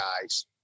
guys